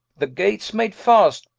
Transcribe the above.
the gates made fast?